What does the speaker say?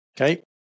okay